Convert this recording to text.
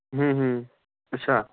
ਹਮ ਹਮ ਅੱਛਾ